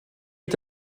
est